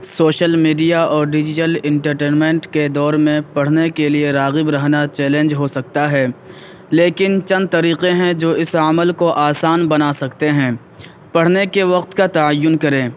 social media اور digital entertainment کے دور میں پڑھنے کے لیے راغب رہنا چیلینج ہو سکتا ہے لیکن چند طریقے ہیں جو اس عمل کو آسان بنا سکتے ہیں پڑھنے کے وقت کا تعین کریں